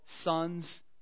sons